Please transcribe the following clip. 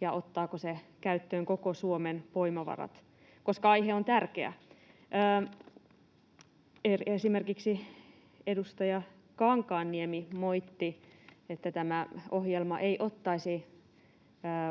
ja ottaako se käyttöön koko Suomen voimavarat, koska aihe on tärkeä. Esimerkiksi edustaja Kankaanniemi moitti, että tämä ohjelma ei ottaisi